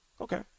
Okay